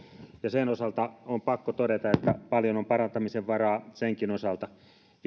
ja on pakko todeta että paljon on parantamisen varaa senkin osalta viime